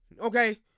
okay